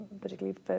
particularly